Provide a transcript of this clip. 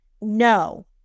No